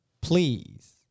please